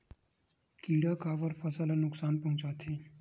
किड़ा काबर फसल ल नुकसान पहुचाथे?